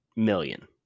Million